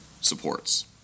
supports